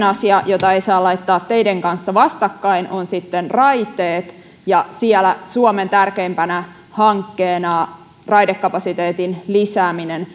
asia jota ei saa laittaa teiden kanssa vastakkain ovat raiteet ja siellä suomen tärkeimpänä hankkeena raidekapasiteetin lisääminen